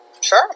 sure